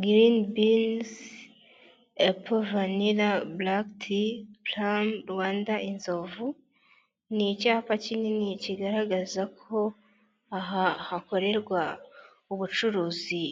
Gurini binizi apo vanera buraka ti puramu Rwanda inzovu ni icyapa kinini kigaragaza ko aha hakorerwa ubucuruzi